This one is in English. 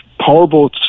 powerboats